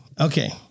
okay